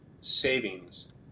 savings